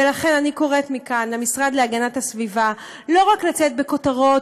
ולכן אני קוראת מכאן למשרד להגנת הסביבה לא רק לצאת בכותרות,